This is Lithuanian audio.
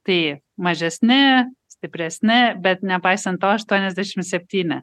tai mažesni stipresni bet nepaisant to aštuoniasdešimt septyni